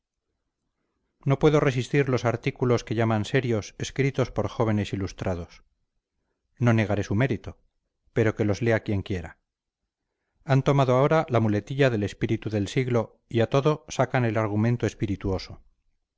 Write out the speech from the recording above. no puedo resistir los artículos que llaman serios escritos por jóvenes ilustrados no negaré su mérito pero que los lea quien quiera han tomado ahora la muletilla del espíritu del siglo y a todo sacan el argumento espirituoso